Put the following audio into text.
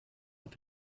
hat